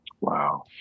Wow